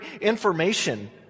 information